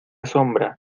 sombra